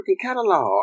catalog